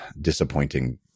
disappointing